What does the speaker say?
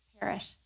perish